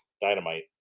Dynamite